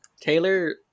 Taylor